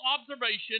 observation